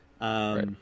Right